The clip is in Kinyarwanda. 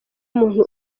muntu